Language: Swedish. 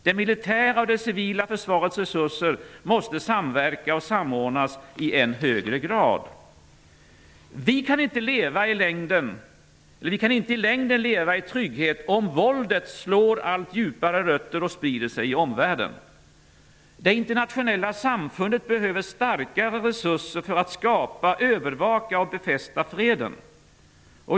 Det militära och civila försvarets resurser måste samverka och samordnas i än högre grad. Vi kan inte i längden leva i trygghet om våldet slår allt djupare rötter och sprider sig i omvärlden. Det internationella samfundet behöver starkare resurser för att skapa, övervaka och befästa freden.